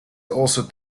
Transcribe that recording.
also